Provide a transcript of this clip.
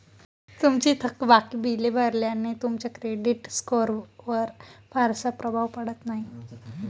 तुमची थकबाकी बिले भरल्याने तुमच्या क्रेडिट स्कोअरवर फारसा प्रभाव पडत नाही